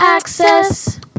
Access